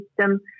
system